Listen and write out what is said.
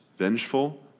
Vengeful